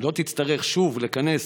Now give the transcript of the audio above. לא תצטרך שוב לכנס